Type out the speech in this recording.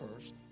first